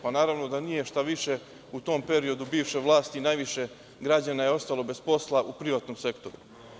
Pa, naravno da nije, šta više u tom periodu bivše vlasti najviše građana je ostalo bez posla u privatnom sektoru.